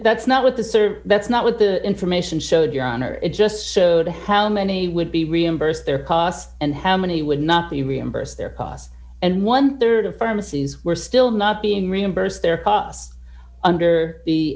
that's not what the survey that's not what the information showed your honor it just showed how many would be reimbursed their costs and how many would not be reimbursed their costs and one rd of pharmacies were still not being reimbursed